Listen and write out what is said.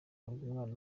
umwana